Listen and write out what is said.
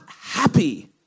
happy